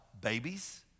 babies